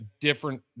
different